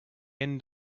end